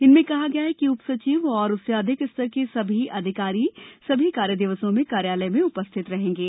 इनमें कहा गया है कि उपसचिव और उससे अधिक स्तर के सभी अधिकारी सभी कार्य दिवसों में कार्यालय में उपस्थित रहेंगे